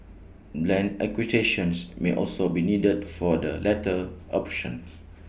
land acquisitions may also be needed for the latter option